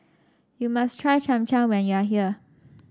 you must try Cham Cham when you are here